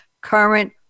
current